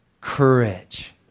courage